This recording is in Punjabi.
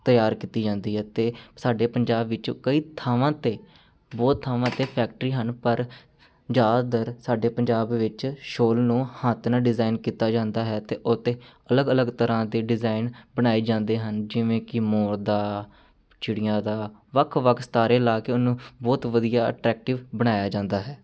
ਤਿਆਰ ਕੀਤੀ ਜਾਂਦੀ ਹੈ ਅਤੇ ਸਾਡੇ ਪੰਜਾਬ ਵਿੱਚ ਕਈ ਥਾਵਾਂ 'ਤੇ ਬਹੁਤ ਥਾਵਾਂ 'ਤੇ ਫੈਕਟਰੀ ਹਨ ਪਰ ਜ਼ਿਆਦਾਤਰ ਸਾਡੇ ਪੰਜਾਬ ਵਿੱਚ ਸ਼ਾਲ ਨੂੰ ਹੱਥ ਨਾਲ ਡਿਜ਼ਾਇਨ ਕੀਤਾ ਜਾਂਦਾ ਹੈ ਅਤੇ ਉਸ 'ਤੇ ਅਲਗ ਅਲਗ ਤਰ੍ਹਾਂ ਦੇ ਡਿਜ਼ਾਇਨ ਬਣਾਏ ਜਾਂਦੇ ਹਨ ਜਿਵੇਂ ਕਿ ਮੋਰ ਦਾ ਚਿੜੀਆਂ ਦਾ ਵੱਖ ਵੱਖ ਸਿਤਾਰੇ ਲਾ ਕੇ ਉਹਨੂੰ ਬਹੁਤ ਵਧੀਆ ਅਟਰੈਕਟਿਵ ਬਣਾਇਆ ਜਾਂਦਾ ਹੈ